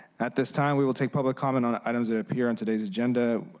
at this time we will take public comment on items that appear on today's agenda.